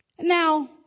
Now